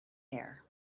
hair